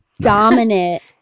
dominant